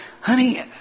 honey